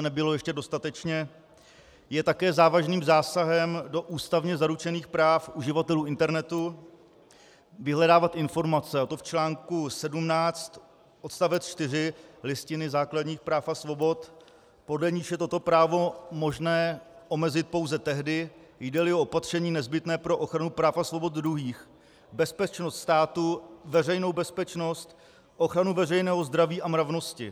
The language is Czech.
nebylo ještě dostatečně zmíněno, je také závažným zásahem do ústavně zaručených práv uživatelů internetu vyhledávat informace, a to v článku 17 odst. 4 Listiny základních práv a svobod, podle níž je toto právo možné omezit pouze tehdy, jdeli o opatření nezbytné pro ochranu práv a svobod druhých, bezpečnost státu, veřejnou bezpečnost, ochranu veřejného zdraví a mravnosti.